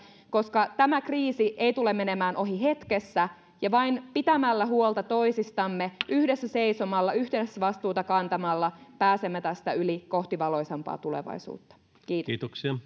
koska tämä kriisi ei tule menemään ohi hetkessä ja vain pitämällä huolta toisistamme yhdessä seisomalla yhteisvastuuta kantamalla pääsemme tästä yli kohti valoisampaa tulevaisuutta kiitos